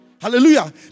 Hallelujah